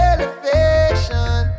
Elevation